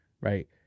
right